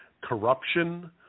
corruption